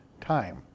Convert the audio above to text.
time